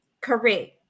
Correct